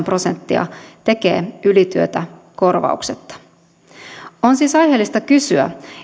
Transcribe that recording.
prosenttia tekee ylityötä korvauksetta on siis aiheellista kysyä